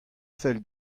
fell